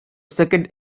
second